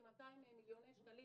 כ-200 מיליוני שקלים